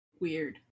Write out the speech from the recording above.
weird